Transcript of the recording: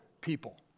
people